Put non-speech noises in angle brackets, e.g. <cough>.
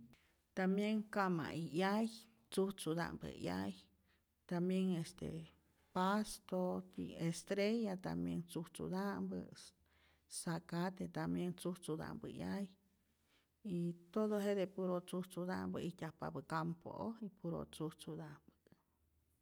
<laughs> tambien kama'i 'yay tzujtzuta'mpä 'yay, tambien este pasto, estrella tambien tzujtzuta'mpä, zacate tambien tzujtzuta'mpä 'yay, y todo jete puro tzujtzuta'mpä ijtyajpapä campo'oji puro tzujtzuta'mpä.